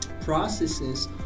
processes